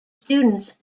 students